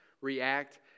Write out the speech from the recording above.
react